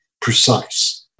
precise